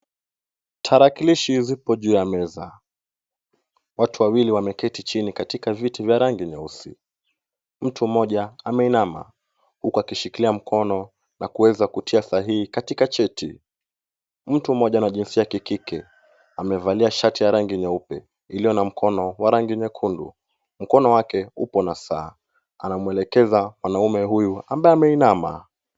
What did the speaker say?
Tarakilishi zipo juu ya meza. Watu wawili wameketi chini katika viti vya rangi nyeusi. Mtu mmoja ameinama huku akishikilia mkono na kuweza kutia sahihi katika cheti. Mtu mmoja wa jinsia ya kikike amevalia shati ya rangi nyeupe ilio na mkono wa rangi nyekundu. Mkono wake upo na saa. Anamwelekeza mwanaume huyu ambaye ameinama.